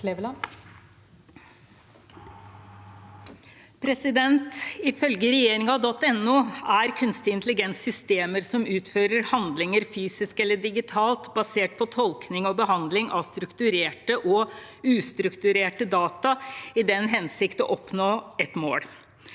Ifølge regjerin- gen.no er kunstig intelligens systemer som utfører handlinger, fysisk eller digitalt, basert på tolkning og behandling av strukturerte eller ustrukturerte data, i den hensikt å oppnå et mål.